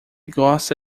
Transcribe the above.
gosta